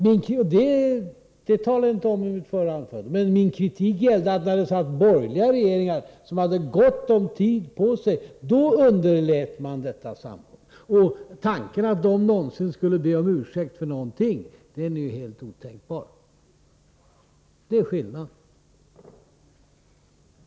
Min kritik gällde emellertid — det talade jag inte om i mitt förra anförande — att man underlät att samråda när det satt borgerliga regeringar som hade gott om tid. Och att de någonsin skulle be om ursäkt för någonting var ju helt otänkbart. Det är skillnaden.